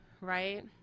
right